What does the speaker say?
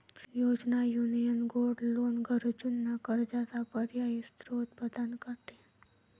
योजना, union gold loan गरजूंना कर्जाचा पर्यायी स्त्रोत प्रदान करते